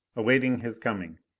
awaited his coming.